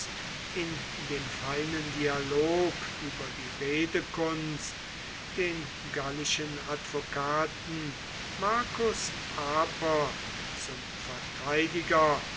in dem feinen dialog über die redekunst den gallischen advokaten marcus aper zum verteidiger